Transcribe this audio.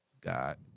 God